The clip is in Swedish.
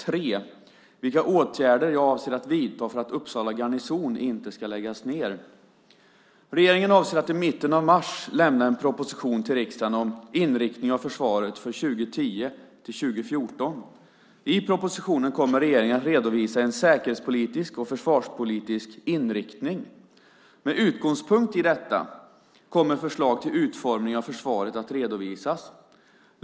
3. Vilka åtgärder avser försvarsministern att vidta för att Uppsala garnison inte ska läggas ned? Regeringen avser att i mitten av mars lämna en proposition till riksdagen om inriktningen av försvaret för 2010-2014. I propositionen kommer regeringen att redovisa en säkerhetspolitisk och försvarspolitisk inriktning. Med utgångspunkt i detta kommer förslag till utformning av försvaret att redovisas.